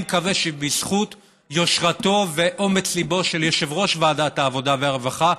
ואני מקווה שבזכות יושרתו ואומץ ליבו של יושב-ראש ועדת העבודה והרווחה,